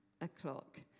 o'clock